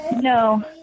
No